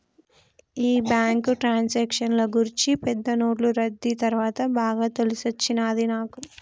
ఈ బ్యాంకు ట్రాన్సాక్షన్ల గూర్చి పెద్ద నోట్లు రద్దీ తర్వాత బాగా తెలిసొచ్చినది నాకు